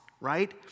right